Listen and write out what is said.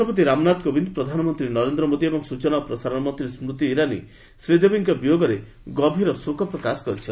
ରାଷ୍ଟ୍ରପତି ରାମନାଥ କୋବିନ୍ଦ ପ୍ରଧାନମନ୍ତ୍ରୀ ନରେନ୍ଦ୍ର ମୋଦି ଏବଂ ସୂଚନା ଓ ପ୍ରସାରଣ ମନ୍ତ୍ରୀ ସ୍କତି ଇରାନୀ ଶ୍ରୀଦେବୀଙ୍କ ବିୟୋଗରେ ଗଭୀର ଶୋକ ପ୍ରକାଶ କରିଛନ୍ତି